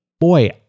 Boy